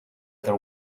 other